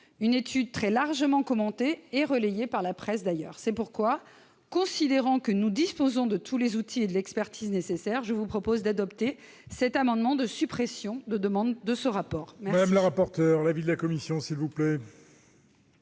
de surcroît largement commentée et relayée par la presse. C'est pourquoi, considérant que nous disposons de tous les outils et de l'expertise nécessaire, je vous propose d'adopter cet amendement de suppression de l'article.